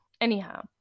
Anyhow